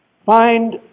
find